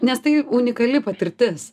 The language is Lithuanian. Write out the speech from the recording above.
nes tai unikali patirtis